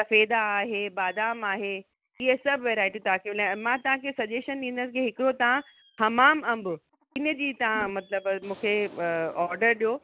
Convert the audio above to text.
सफ़ेदा आहे बादाम आहे इयं सभु वैरायटियूं तव्हांखे हुन मां तव्हांखे सजेशन ॾींदसि कि हिकिड़ो तव्हां हमाम अंब हिनजी तव्हां मतलबु मूंखे ऑडर ॾियो